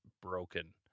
broken